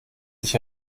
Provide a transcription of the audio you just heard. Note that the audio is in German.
sich